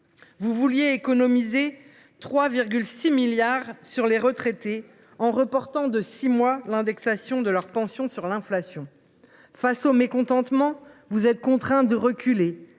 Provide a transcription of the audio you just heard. Vous vouliez économiser 3,6 milliards d’euros grâce aux retraites en reportant de six mois l’indexation des pensions sur l’inflation. Face au mécontentement, vous êtes contraints de reculer,